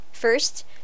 First